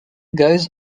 goes